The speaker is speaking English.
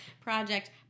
Project